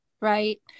Right